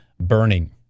Burning